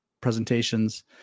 presentations